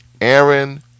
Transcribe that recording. Aaron